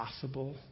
possible